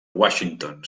washington